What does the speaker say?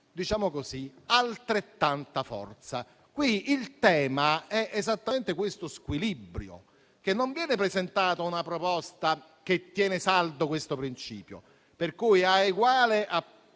condizione di altrettanta forza. Qui il tema è esattamente questo squilibrio. Non viene presentata una proposta che tiene saldo questo principio,